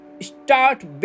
Start